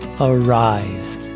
Arise